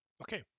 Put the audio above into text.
Okay